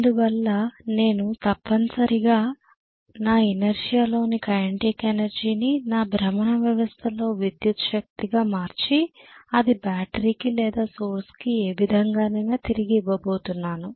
అందువల్ల నేను తప్పనిసరిగా నా ఇనెర్త్షియాలోని కైనెటిక్ ఎనర్జీని నా భ్రమణ వ్యవస్థలో విద్యుత్ శక్తిగా మార్చి అది బ్యాటరీకి లేదా సోర్స్ కి ఏ విధంగానైనా తిరిగి ఇవ్వబోతున్నాను